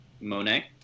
Monet